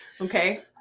Okay